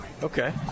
Okay